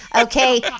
okay